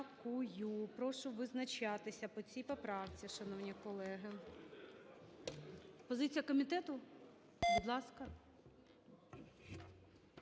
Дякую. Прошу визначатися по цій поправці, шановні колеги. Позиція комітету, будь ласка.